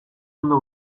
ondo